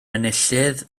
enillydd